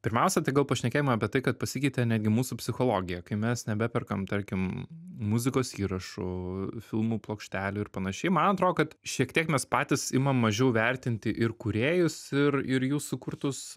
pirmiausia tai gal pašnekėjome apie tai kad pasikeitė netgi mūsų psichologija kai mes nebeperkam tarkim muzikos įrašų filmų plokštelių ir panašiai man atrodo kad šiek tiek mes patys imam mažiau vertinti ir kūrėjus ir ir jų sukurtus